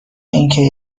اینکه